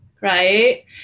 Right